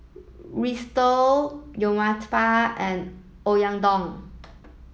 Risotto Uthapam and Oyakodon